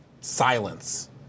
silence